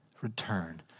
Return